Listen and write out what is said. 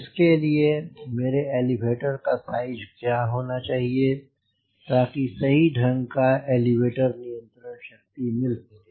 इसके लिए मेरे एलीवेटर का साइज क्या होना चाहिए ताकि सही ढंग का एलीवेटर नियंत्रण शक्ति मिल सके